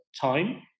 time